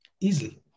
easily